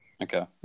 Okay